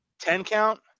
Ten-count